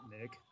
Nick